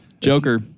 Joker